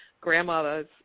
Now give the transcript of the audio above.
grandmother's